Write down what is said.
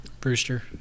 brewster